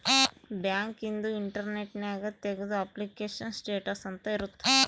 bank ಇಂದು internet ನ್ಯಾಗ ತೆಗ್ದು ಅಪ್ಲಿಕೇಶನ್ ಸ್ಟೇಟಸ್ ಅಂತ ಇರುತ್ತ